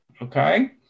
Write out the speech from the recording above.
okay